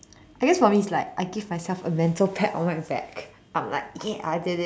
I guess for me it's like I give myself a mental pat on my back I'm like ya I did it